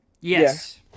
Yes